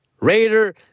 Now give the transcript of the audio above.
Raider